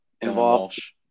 involved